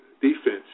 defense